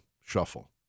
Shuffle